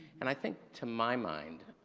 and i think to my mind,